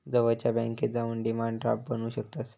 जवळच्या बॅन्केत जाऊन डिमांड ड्राफ्ट बनवू शकतंस